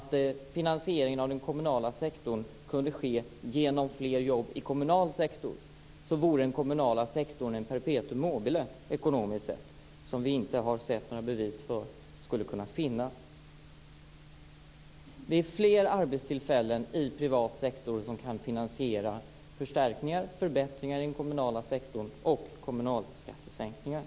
Om finansieringen av den kommunala sektorn kunde ske genom fler jobb i kommunal sektor vore den kommunala sektorn en perpetuum mobile ekonomiskt sett, men det har vi inte sett några bevis för. Det är fler arbetstillfällen i privat sektor som kan finansiera förstärkningar, förbättringar i den kommunala sektorn och kommunalskattesänkningar.